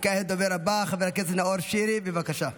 וכעת, הדובר הבא, חבר הכנסת נאור שירי, בבקשה.